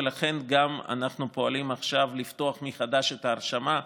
ולכן אנחנו גם פועלים עכשיו לפתוח מחדש את ההרשמה,